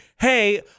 hey